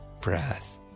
breath